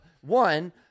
One